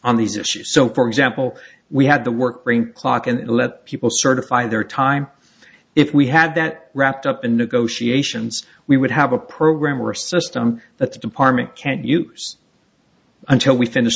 on these issues so for example we had the work bring clock and let people certify their time if we had that wrapped up in negotiations we would have a program or a system that the department can't use until we finish